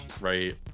right